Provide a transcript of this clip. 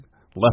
left